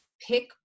pick